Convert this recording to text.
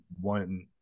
one